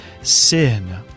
sin